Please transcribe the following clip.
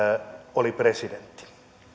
oli presidentti